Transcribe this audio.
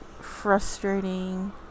frustrating